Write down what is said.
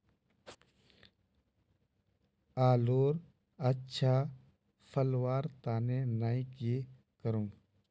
आलूर अच्छा फलवार तने नई की करूम?